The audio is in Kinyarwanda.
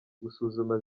gusuzuma